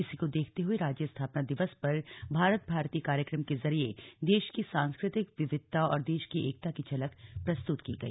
इसी को देखते हुए राज्य स्थापना दिवस पर भारत भारती कार्यक्रम के जरिये देश की सांस्कृतिक विविधता और देश की एकता की झलक प्रस्तुत की गई